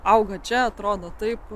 auga čia atrodo taip